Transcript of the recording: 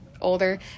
older